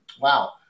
Wow